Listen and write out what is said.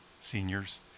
seniors